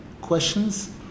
Questions